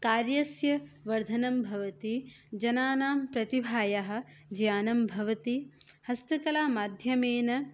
कार्यस्य वर्धनं भवति जनानां प्रतिभायाः ज्ञानं भवति हस्तकलामाध्यमेन